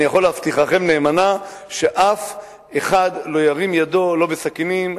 אני יכול להבטיחכם נאמנה שאף אחד לא ירים ידו לא בסכינים,